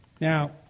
Now